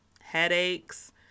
headaches